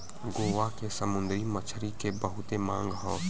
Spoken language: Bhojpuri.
गोवा के समुंदरी मछरी के बहुते मांग हौ